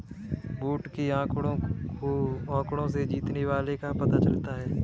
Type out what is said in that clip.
vote के आंकड़ों से जीतने वाले का पता चल जाता है